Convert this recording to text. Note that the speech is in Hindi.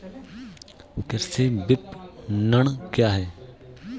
कृषि विपणन क्या है?